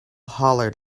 hollered